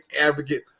advocate